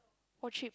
oh cheap